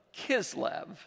Kislev